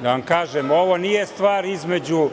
vam kažem, ovo nije stvar između